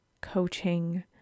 coaching